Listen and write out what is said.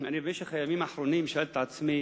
במשך הימים האחרונים שאלתי את עצמי